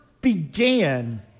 began